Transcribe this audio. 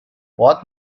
what